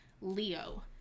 Leo